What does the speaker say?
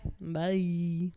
Bye